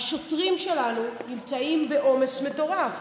השוטרים שלנו נמצאים בעומס מטורף.